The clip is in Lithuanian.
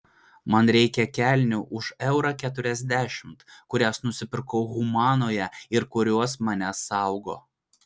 man reikia kelnių už eurą keturiasdešimt kurias nusipirkau humanoje ir kurios mane saugo